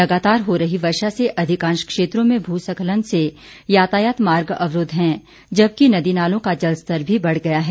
लगातार हो रही वर्षा से अधिकांश क्षेत्रों में भू स्खलन से यातायात मार्ग अवरूद्व हैं जबकि नदी नालों का जलस्तर भी बढ़ गया है